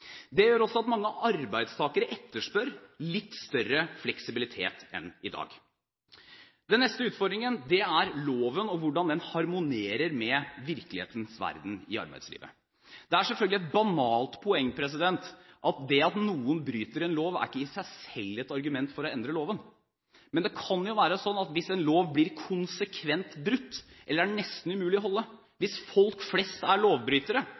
Det gjør også at mange arbeidstakere etterspør litt større fleksibilitet enn i dag. Den neste utfordringen er loven og hvordan den harmonerer med virkelighetens verden i arbeidslivet. Det er selvfølgelig et banalt poeng at det at noen bryter en lov, ikke i seg selv er et argument for å endre loven. Men det kan jo være sånn at hvis en lov blir konsekvent brutt eller nesten er umulig å overholde – hvis folk flest er lovbrytere,